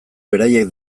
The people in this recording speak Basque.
beraiek